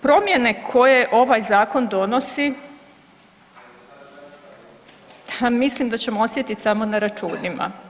Promjene koje ovaj Zakon donosi, ha mislim da ćemo osjetiti samo na računima.